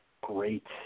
great